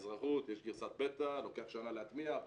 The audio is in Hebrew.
באזרחות יש גזרת בתא, לוקח שנה להטמיע.